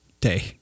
day